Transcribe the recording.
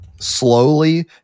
slowly